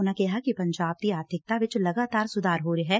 ਉਨੂਾ ਕਿਹਾ ਕਿ ਪੰਜਾਬ ਦੀ ਆਰਬਿਕਤਾ ਵਿਚ ਲਗਾਤਾਰ ਸੁਧਾਰ ਹੋ ਰਿਹੈ